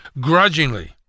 grudgingly